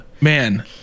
Man